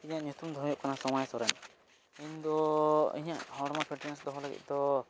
ᱤᱧᱟᱹᱜ ᱧᱩᱛᱩᱢ ᱫᱚ ᱦᱩᱭᱩᱜ ᱠᱟᱱᱟ ᱥᱚᱢᱟᱭ ᱥᱚᱨᱮᱱ ᱤᱧ ᱫᱚ ᱤᱧᱟᱹᱜ ᱦᱚᱲᱢᱚ ᱯᱷᱤᱴᱱᱮᱹᱥ ᱫᱚᱦᱚ ᱞᱟᱹᱜᱤᱫ ᱫᱚ